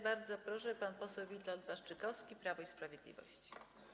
Bardzo proszę, pan poseł Witold Waszczykowski, Prawo i Sprawiedliwość.